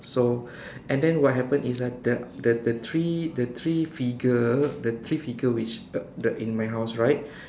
so and then what happened is ah the the the three the three figure the three figure which uh the in my house right